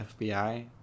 FBI